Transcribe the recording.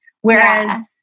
Whereas